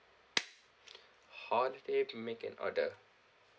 holiday to make an order